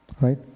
Right